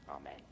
Amen